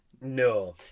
no